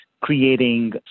creating